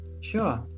Sure